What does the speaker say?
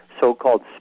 so-called